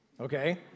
okay